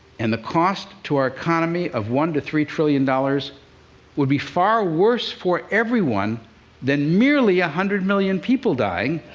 and the cost to our economy of one to three trillion dollars would be far worse for everyone than merely one ah hundred million people dying,